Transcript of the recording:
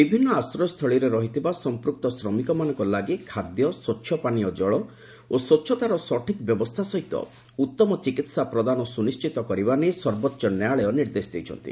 ବିଭିନ୍ନ ଆଶ୍ରୟ ସ୍ଥଳୀରେ ରହିଥିବା ସମ୍ପୂକ୍ତ ଶ୍ରମିକମାନଙ୍କ ଲାଗି ଖାଦ୍ୟ ସ୍ୱଚ୍ଛ ପାନୀୟ ଜଳ ଓ ସ୍ୱଚ୍ଛତାର ସଠିକ ବ୍ୟବସ୍ଥା ସହିତ ଉତ୍ତମ ଚିକିତ୍ସା ପ୍ରଦାନ ସୁନିଶ୍ଚିତ କରିବା ନେଇ ସର୍ବୋଚ୍ଚ ନ୍ୟାୟାଳୟ ନିର୍ଦ୍ଦେଶ ଦେଇଛନ୍ତି